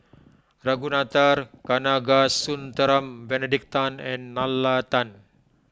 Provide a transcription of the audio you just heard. Ragunathar Kanagasuntheram Benedict Tan and Nalla Tan